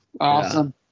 Awesome